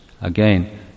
Again